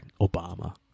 Obama